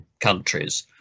countries